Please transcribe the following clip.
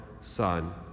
Son